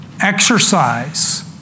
exercise